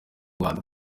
rwanda